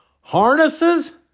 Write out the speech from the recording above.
Harnesses